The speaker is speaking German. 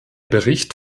bericht